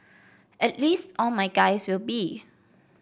at least all my guys will be